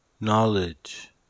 knowledge